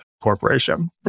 corporation